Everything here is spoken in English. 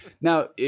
Now